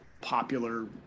popular